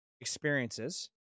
experiences